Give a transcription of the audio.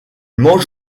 mangent